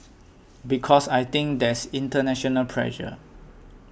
because I think there's international pressure